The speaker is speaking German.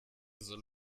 soll